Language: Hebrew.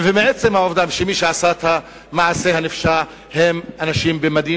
ומעצם העובדה שמי שעשה את המעשה הנפשע הם אנשים במדים,